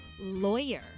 lawyer